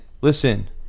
listen